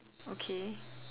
okay